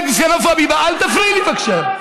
אדון, על מה אתה מדבר?